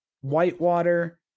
Whitewater